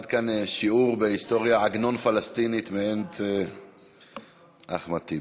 עד כאן שיעור בהיסטוריה עגנון-פלסטינית מאת אחמד טיבי.